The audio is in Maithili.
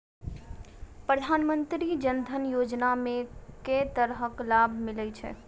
प्रधानमंत्री जनधन योजना मे केँ तरहक लाभ मिलय छै?